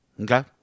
Okay